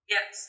Yes